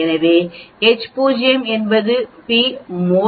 மேலும் H0 என்பது p 0